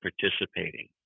participating